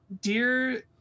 Dear